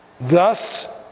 thus